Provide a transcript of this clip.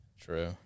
True